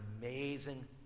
amazing